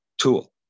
tool